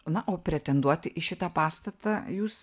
na o pretenduoti į šitą pastatą jūs